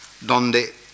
donde